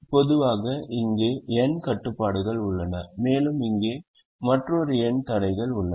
பொதுவாக இங்கே n கட்டுப்பாடுகள் உள்ளன மேலும் இங்கே மற்றொரு n தடைகள் உள்ளன